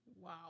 Wow